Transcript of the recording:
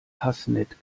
fasnet